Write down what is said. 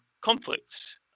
conflicts